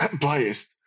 biased